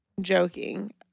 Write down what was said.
joking